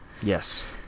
Yes